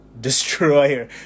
destroyer